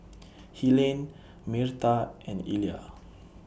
Helaine Myrta and Illya